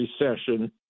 recession